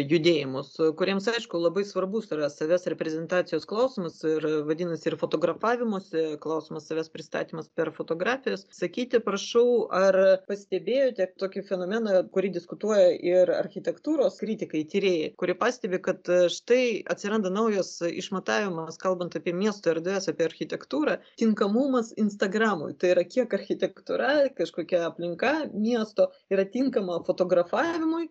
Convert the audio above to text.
judėjimus kuriems aišku labai svarbus yra savęs reprezentacijos klausimus ir vadinasi ir fotografavimosi klausimas savęs pristatymas per fotografijas sakyti prašau ar pastebėjote tokį fenomeną kurį diskutuoja ir architektūros kritikai tyrėjai kurie pastebi kad štai atsiranda naujas išmatavimams kalbant apie miesto erdves apie architektūrą tinkamumas instagramui tai yra kiek architektūra kažkokia aplinka miesto yra tinkama fotografavimui